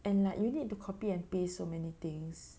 and like you need to copy and paste so many things